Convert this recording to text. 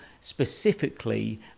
specifically